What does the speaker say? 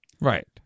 Right